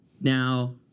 now